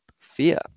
fear